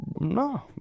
No